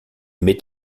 met